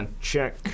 check